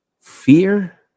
fear